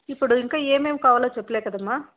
ఇప్పుడు ఇంకా ఏమేం కావాలో చెప్పలే కదమ్మా